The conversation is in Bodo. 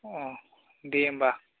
अह दे होमबा